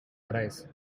arise